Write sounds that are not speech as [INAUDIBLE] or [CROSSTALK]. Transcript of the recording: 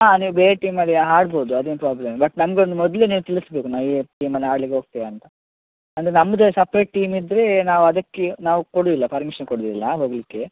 ಹಾಂ ನೀವು ಬೇರೆ ಟೀಮಲ್ಲಿ ಆಡ್ಬೋದು ಅದೇನು ಪ್ರಾಬ್ಲಮ್ ಇಲ್ಲ ಬಟ್ ನಮ್ಗೊಂದು ಮೊದಲು ನೀವು ತಿಳಿಸ್ಬೇಕು ನಾ [UNINTELLIGIBLE] ಟೀಮಲ್ಲಿ ಆಡಲಿಕ್ಕೋಗ್ತೇವೆ ಅಂತ ಅಂದರೆ ನಮ್ಮದೇ ಸಪ್ರೆಟ್ ಟೀಮ್ ಇದ್ದರೆ ನಾವದಕ್ಕೆ ನಾವು ಕೊಡುವುದಿಲ್ಲ ಪರ್ಮಿಷನ್ ಕೊಡುವುದಿಲ್ಲ ಹೋಗ್ಲಿಕ್ಕೆ